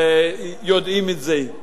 יודעים את זה.